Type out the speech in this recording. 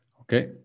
Okay